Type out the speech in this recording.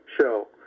show